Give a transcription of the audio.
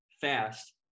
fast